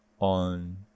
on